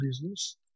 business